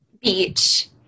Beach